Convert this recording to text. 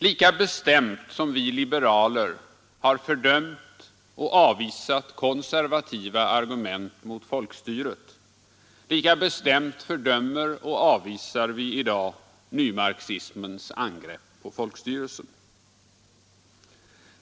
Lika bestämt som vi liberaler har fördömt och avvisat konservativa argument mot folkstyret, lika bestämt fördömer och avvisar vi i dag nymarxismens angrepp på folkstyrelsen.